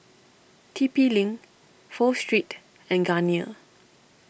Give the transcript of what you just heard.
T P Link Pho Street and Garnier